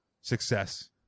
success